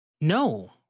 No